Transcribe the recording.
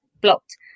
blocked